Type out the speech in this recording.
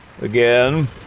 Again